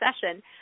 session